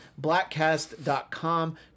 Blackcast.com